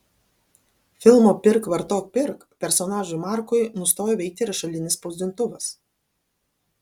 filmo pirk vartok pirk personažui markui nustojo veikti rašalinis spausdintuvas